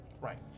Right